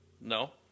no